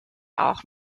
auch